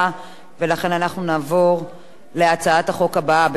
אנחנו נעבור להצעת החוק הבאה בסדר-היום,